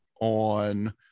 on